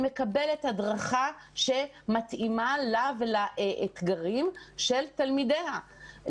היא מקבלת הדרכה שמתאימה לה ולאתגרים של תלמידיה,